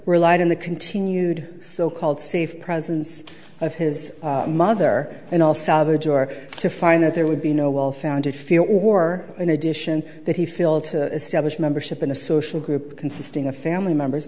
relied on the continued so called safe presence of his mother and all salvador to find that there would be no well founded fear or in addition that he failed to establish membership in a social group consisting of family members